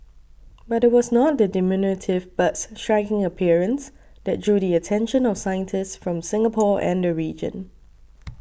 but it was not the diminutive bird's striking appearance that drew the attention of scientists from Singapore and the region